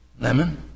Lemon